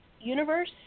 universe